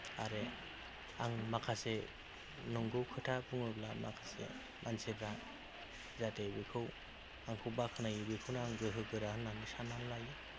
आरो आं माखासे नंगौ खोथा बुङोब्ला माखासे मानसिफोरा जाहाथे बेखौ आंखौ बाख्नायो बेखौनो आं गोहो गोरा होननानै साननानै लायो